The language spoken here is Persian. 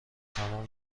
تموم